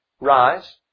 rise